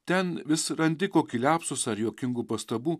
ten vis randi kokį liapsusą ar juokingų pastabų